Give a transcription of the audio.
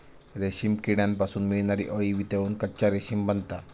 रेशीम किड्यांपासून मिळणारी अळी वितळून कच्चा रेशीम बनता